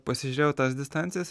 pasižiūrėjau tas distancijas